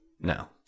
No